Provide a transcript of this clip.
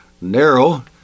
narrow